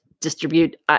distribute